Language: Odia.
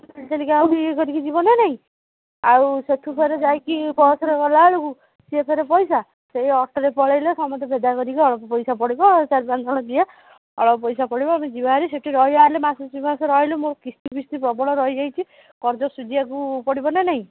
ଚାଲି ଚାଲିକା ଆହୁରି ଇଏ କରିକି ଯିବନା ନାଇଁ ଆଉ ସେଠୁ ଫେରେ ଯାଇକି ବସରେ ଗଲା ବେଳକୁ ସିଏ ଫେରେ ପଇସା ସେଇ ଅଟୋରେ ପଳେଇଲେ ସମସ୍ତେ ବିଦା କରିକି ଅଳପ ପଇସା ପଡ଼ିବ ଚାରି ପାଞ୍ଚଜଣ ଯିବା ଅଳପ ପଇସା ପଡ଼ିବ ସେଠି ଯିବା ଭାରି ସେଠି ରହିବା ହେଲେ ମାସେ ଦୁଇ ମାସ ରହିଲେ ମୋ କିସ୍ତି ଫିସ୍ତି ପ୍ରବଳ ରହିଯାଇଛି କରଜ ସୁଝିବାକୁ ପଡ଼ିବନା ନାଇଁ